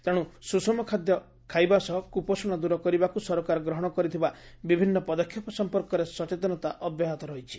ତେଣୁ ସୁଷମ ଖାଦ୍ୟ ଖାଇବା ସହ କୁପୋଷଣ ଦୂର କରିବାକୁ ସରକାର ଗ୍ରହଣ କରିଥିବା ବିଭିନ୍ନ ପଦକ୍ଷେପ ସଂପର୍କରେ ସଚେତନତା ଅବ୍ୟାହତ ରହିଛି